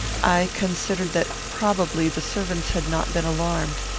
i considered that, probably, the servants had not been alarmed.